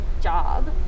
job